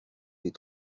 des